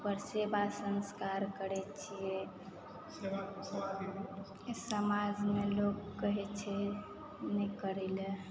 ओकरा सेवा संस्कार करैत छियै समाजमे लोक कहैत छै नहि करय लए